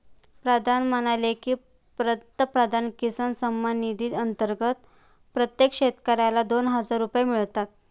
प्रधान म्हणाले की, पंतप्रधान किसान सन्मान निधी अंतर्गत प्रत्येक शेतकऱ्याला दोन हजार रुपये मिळतात